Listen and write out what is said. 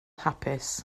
hapus